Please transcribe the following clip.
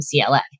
UCLA